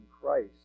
Christ